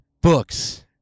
Books